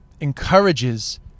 encourages